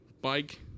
bike